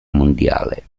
mondiale